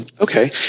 okay